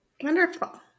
Wonderful